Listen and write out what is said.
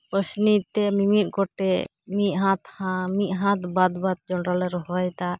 ᱯᱟᱹᱥᱱᱤ ᱛᱮ ᱢᱤᱢᱤᱫ ᱜᱚᱴᱮᱡ ᱢᱚᱫ ᱦᱟᱛ ᱦᱟ ᱢᱚᱫ ᱦᱟᱛ ᱵᱟᱫ ᱵᱟᱫ ᱡᱚᱱᱰᱨᱟ ᱞᱮ ᱨᱚᱦᱚᱭᱮᱫᱟ